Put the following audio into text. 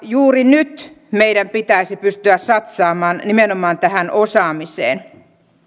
juuri nyt meidän pitäisi pystyä satsaamaan nimenomaan tähän osaamiseen